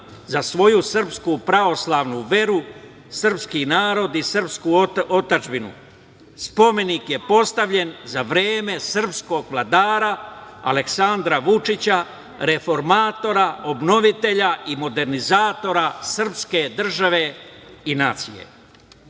za svoju srpsku pravoslavnu veru, srpski narod i srpsku otadžbinu. Spomenik je postavljen za vreme srpskog vladara Aleksandra Vučića, reformatora, obnovitelja i modernizatora srpske države i nacije. Da